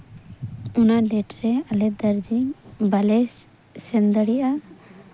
ᱚᱱᱟ ᱰᱮᱹᱴ ᱨᱮ ᱟᱞᱮ ᱫᱟᱨᱡᱤᱞᱤᱝ ᱵᱟᱞᱮ ᱥᱮᱱ ᱫᱟᱲᱨᱭᱟᱜᱼᱟ